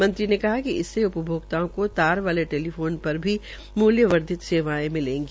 मंत्री ने कहा कि इससे उपभोक्ताओं को ताल वाले टेलीफोन पर ही मूल्य वर्धित सेवायें मिलेगी